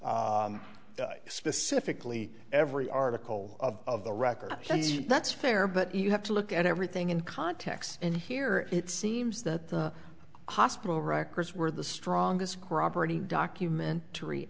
mention specifically every article of the record that's fair but you have to look at everything in context and here it seems that the hospital records were the strongest corroborating documentary